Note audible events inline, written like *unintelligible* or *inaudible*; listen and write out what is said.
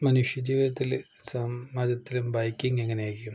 മനുഷ്യ ജീവിതത്തിൽ some *unintelligible* biking എങ്ങനെയായിരിക്കും